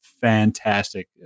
fantastic